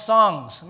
Songs